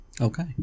Okay